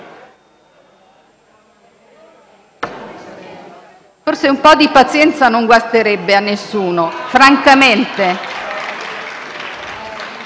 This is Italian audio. Forse un po' di pazienza non guasterebbe a nessuno. L'emendamento